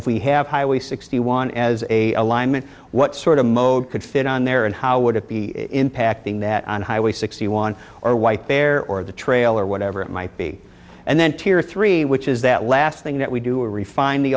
if we have highway sixty one as a alignment what sort of mode could fit on there and how would it be impacting that on highway sixty one or white bear or the trailer or whatever it might be and then tear three which is that last thing that we do refine the